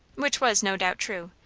which was no doubt true,